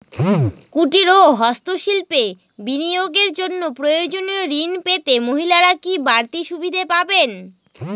কুটীর ও হস্ত শিল্পে বিনিয়োগের জন্য প্রয়োজনীয় ঋণ পেতে মহিলারা কি বাড়তি সুবিধে পাবেন?